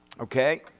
Okay